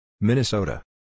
Minnesota